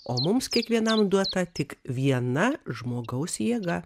o mums kiekvienam duota tik viena žmogaus jėga